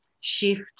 shift